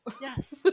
yes